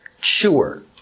sure